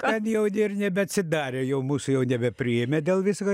kad jau ir ir nebeatsidarė jau mūsų jau nebepriėmė dėl visko